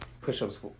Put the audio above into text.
push-ups